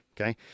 okay